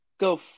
go